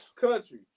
Country